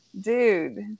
dude